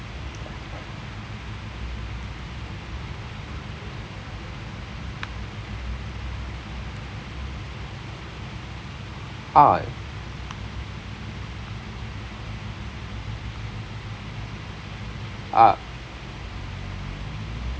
ah ah